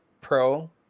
Pro